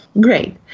great